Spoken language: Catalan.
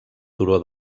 turó